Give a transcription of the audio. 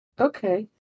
Okay